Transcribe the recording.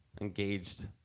engaged